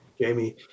jamie